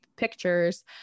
pictures